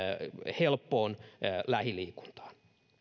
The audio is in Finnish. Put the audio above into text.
helppoon lähiliikuntaan